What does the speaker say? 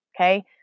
Okay